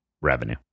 revenue